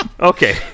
Okay